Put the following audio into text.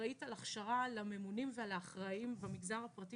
אחראית על ההכשרה לממונים ולאחראים במגזר הפרטי